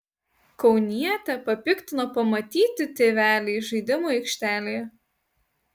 kaunietę papiktino pamatyti tėveliai žaidimų aikštelėje